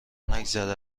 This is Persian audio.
نگذره